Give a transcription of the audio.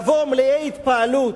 אי-אפשר לבוא מלאי התפעלות,